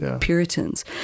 puritans